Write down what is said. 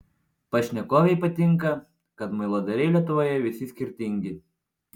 pašnekovei patinka kad muiladariai lietuvoje visi skirtingi